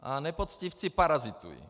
A nepoctivci parazitují.